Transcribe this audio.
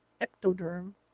ectoderm